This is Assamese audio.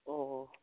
অঁ